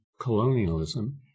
colonialism